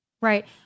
Right